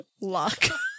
luck